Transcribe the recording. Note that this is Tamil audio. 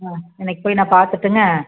ம் இன்னைக்கு போய் நான் பார்த்துட்டுங்க